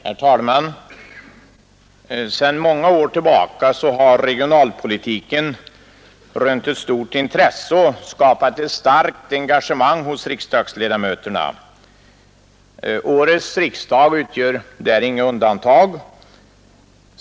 Herr talman! Sedan många år tillbaka har regionalpolitiken rönt ett stort intresse och skapat ett starkt engagemang hos riksdagsledamöterna. Årets riksdag utgör därvidlag inget undantag.